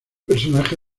personaje